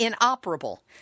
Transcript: inoperable